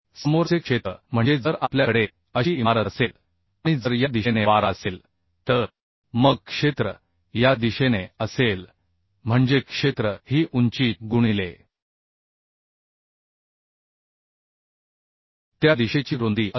समोरचे क्षेत्र म्हणजे जर आपल्याकडे अशी इमारत असेल आणि जर या दिशेने वारा असेल तर मग क्षेत्र या दिशेने असेल म्हणजे क्षेत्र ही उंची गुणिले त्या दिशेची रुंदी असेल